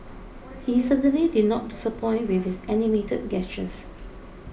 he certainly did not disappoint with his animated gestures